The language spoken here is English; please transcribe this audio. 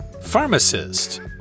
Pharmacist